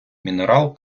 мінерал